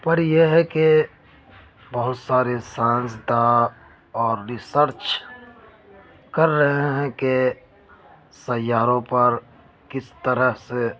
پر یہ ہے کہ بہت سارے سائنس داں اور ریسرچ کر رہے ہیں کہ سیاروں پر کس طرح سے